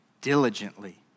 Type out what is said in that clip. diligently